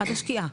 -- עד השקיעה.